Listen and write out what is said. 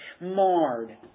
marred